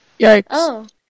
Yikes